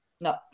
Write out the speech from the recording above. No